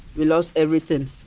we lost everything.